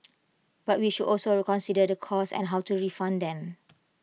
but we should also consider the costs and how to refund them